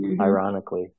Ironically